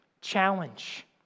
challenge